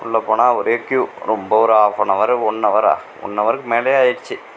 உள்ளே போனால் ஒரே கியூவ் ரொம்ப ஒரு ஆஃப் ஆன் அவரு ஒன் அவரா ஒன் அவருக்கு மேலேயே ஆகிடிச்சி